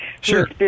Sure